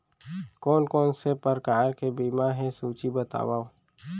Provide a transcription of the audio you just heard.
कोन कोन से प्रकार के बीमा हे सूची बतावव?